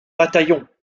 bataillons